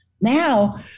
now